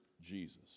Jesus